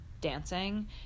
dancing